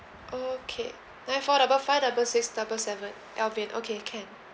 okay nine four double five double six double seven alvin okay can